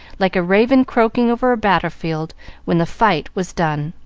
like a raven croaking over a battlefield when the fight was done.